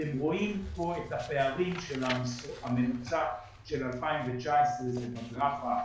אתם רואים כאן את הפערים של הממוצע של 2019 ואתם